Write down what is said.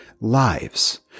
lives